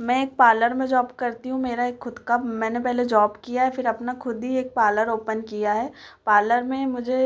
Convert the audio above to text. मैं एक पार्लर में जॉब करती हूँ मेरा एक खुद का मैंने पहले जॉब किया है फिर अपना खुद ही एक पार्लर ओपन किया है पार्लर में मुझे